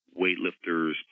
weightlifters